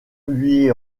lui